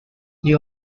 they